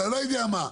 לא יודע מה,